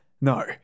No